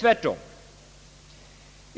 Tvärtom.